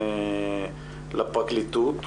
וגם לפרקליטות